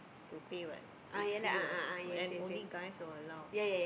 to pay what is free what and only guys were allowed